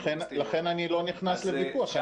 לכן אני לא נכנס לוויכוח.